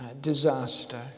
disaster